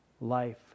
life